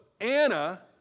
Anna